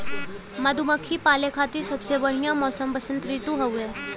मधुमक्खी पाले खातिर सबसे बढ़िया मौसम वसंत ऋतु हउवे